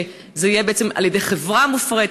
שזה יהיה בעצם על ידי חברה מופרטת,